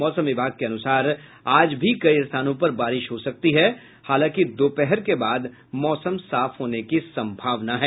मौसम विभाग के अनुसार आज भी कई स्थानों पर बारिश हो सकती है हालांकि दोपहर के बाद मौसम साफ होने की संभावना है